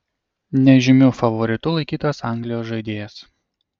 nežymiu favoritu laikytas anglijos žaidėjas